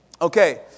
Okay